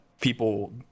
people